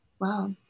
Wow